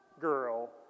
girl